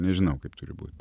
nežinau kaip turi būt